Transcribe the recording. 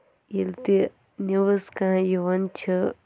ییٚلہِ تہِ نِوٕز کانٛہہ یِوان چھِ